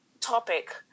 topic